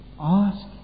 Ask